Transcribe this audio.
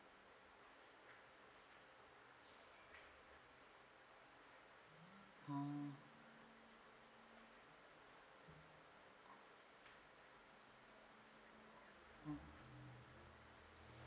orh orh